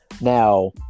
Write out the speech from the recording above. Now